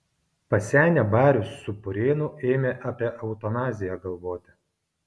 pasenę barius su purėnu ėmė apie eutanaziją galvoti